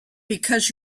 because